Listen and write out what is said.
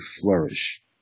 flourish